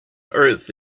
earth